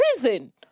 prison